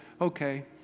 okay